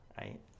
right